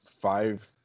five